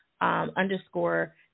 underscore